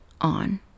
on